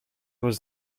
was